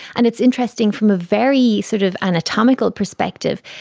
and it's interesting from a very sort of anatomical perspective,